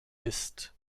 ist